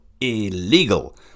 illegal